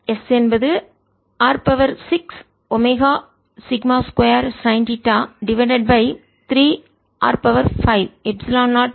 S என்பது R 6 omega sigma 2 sine theta divided by 3r 5 epsilon naught pi cap ஆகும்